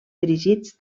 dirigits